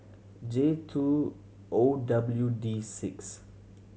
J two O W D six